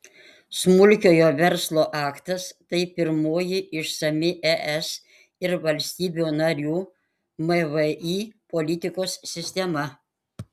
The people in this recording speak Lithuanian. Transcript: smulkiojo verslo aktas tai pirmoji išsami es ir valstybių narių mvį politikos sistema